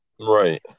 Right